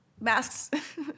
Masks